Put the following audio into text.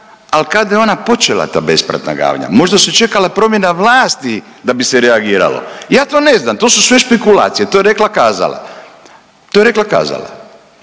al kada je ona počela ta bespravna gradnja, možda se čekala promjena vlasti da bi se reagiralo, ja to ne znam, to su sve špekulacije, to je rekla kazala, to je rekla kazala.